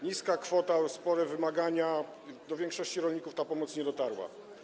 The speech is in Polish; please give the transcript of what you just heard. Niska kwota, spore wymagania, do większości rolników ta pomoc nie dotarła.